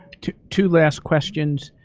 two two last questions.